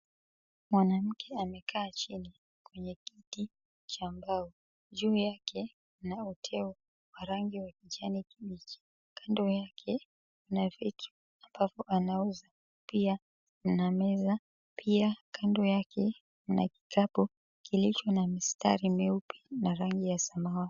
Mwanamke amekaa chini kwenye kiti cha mbao. Juu yake kunao uteo wa rangi ya kijani kibichi. Kando yake kuna vitu ambavyo anauza pia na meza. Pia kando yake kuna kikapu kilicho na mistari meupe na rangi ya zambarau.